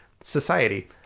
society